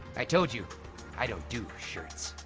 i told you i don't do shirts,